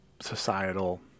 societal